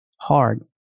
hard